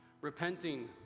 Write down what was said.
repenting